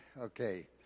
Okay